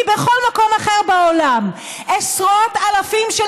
מבכל מקום אחר בעולם: עשרות אלפים של